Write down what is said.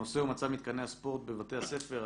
הנושא הוא מצב מתקני הספורט בבתי הספר.